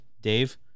Dave